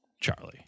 Charlie